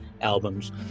albums